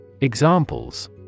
Examples